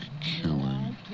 killing